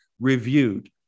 reviewed